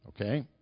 Okay